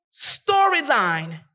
storyline